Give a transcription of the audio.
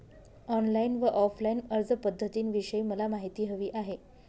online आणि offline अर्जपध्दतींविषयी मला माहिती हवी आहे